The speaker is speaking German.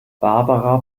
barbara